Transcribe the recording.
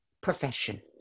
profession